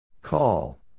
Call